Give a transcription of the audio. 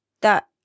that-